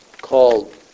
called